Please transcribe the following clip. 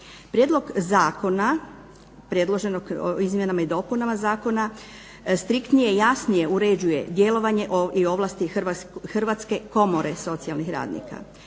Prijedlog zakona predloženog izmjenama i dopunama zakona striktnije, jasnije uređuje djelovanje i ovlasti Hrvatske komore socijalnih radnika.